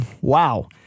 Wow